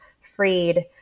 freed